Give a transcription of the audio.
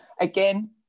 again